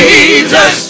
Jesus